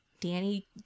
Danny